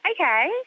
Okay